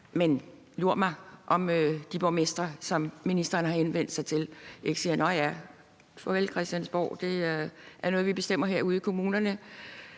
som udlændinge- og integrationsministeren har henvendt sig til, ikke siger: Nå ja, farvel Christiansborg; det er noget, vi bestemmer herude i kommunerne.